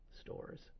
stores